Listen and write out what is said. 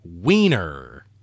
Wiener